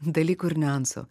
dalykų ir niuansų